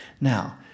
Now